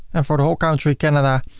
and for the whole country canada,